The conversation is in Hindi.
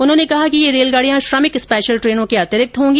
उन्होंने कहा कि ये रेलगाडियां श्रमिक स्पेशल ट्रेनों के अतिरिक्त होगी